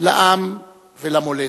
לעם ולמולדת.